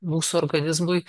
mūsų organizmui